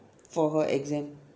for her exam